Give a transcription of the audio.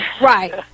Right